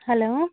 hello